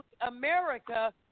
America